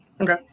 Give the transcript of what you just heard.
Okay